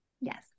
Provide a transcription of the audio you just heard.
Yes